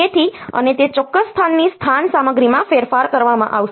તેથી અને તે ચોક્કસ સ્થાનની સ્થાન સામગ્રીમાં ફેરફાર કરવામાં આવશે